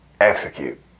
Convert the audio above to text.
execute